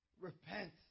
Repent